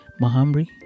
mahamri